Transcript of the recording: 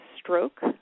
stroke